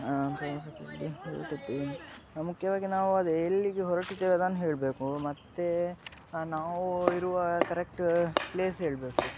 ಮುಖ್ಯವಾಗಿ ನಾವು ಅದೆ ಎಲ್ಲಿಗೆ ಹೊರಟಿದ್ದೇವೆ ಅದನ್ನ ಹೇಳಬೇಕು ಮತ್ತು ನಾವು ಇರುವ ಕರೆಕ್ಟ್ ಪ್ಲೇಸ್ ಹೇಳಬೇಕು